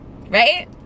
right